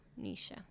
nisha